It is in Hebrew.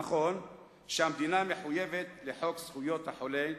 נכון שהמדינה מחויבת לחוק זכויות החולה,